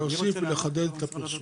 להוסיף ולחדד את הפרסום.